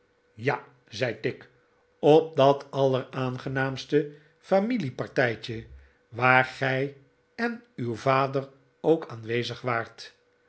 ja zei tigg op dat alleraangenaamste jonas wordt bewerkt familiepartijtje waarbij gij en uw vader ook aanwezig waart